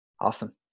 Awesome